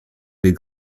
des